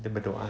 what